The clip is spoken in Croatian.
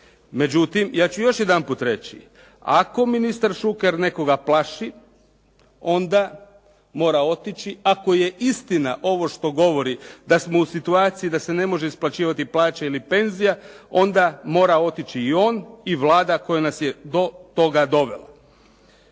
Međutim ja ću još jedanput reći. Ako ministar Šuker nekoga plaši onda mora otići. Ako je istina ovo što govori da smo u situaciji da se ne može isplaćivati plaće ili penzija, onda mora otići i on i Vlada koja nas je do toga dovela.